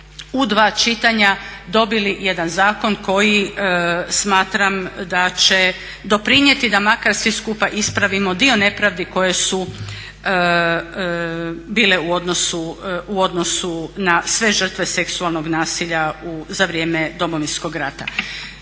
u dva čitanja dobili jedan zakon koji smatram da će doprinijeti da makar svi skupa ispravimo dio nepravdi koje su bile u odnosu na sve žrtve seksualnog nasilja za vrijeme Domovinskog rata.